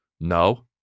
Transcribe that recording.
no